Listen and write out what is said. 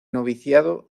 noviciado